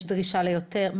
יש דרישה ליותר?